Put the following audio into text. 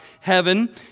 heaven